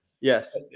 Yes